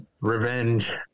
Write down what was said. Revenge